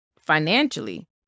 financially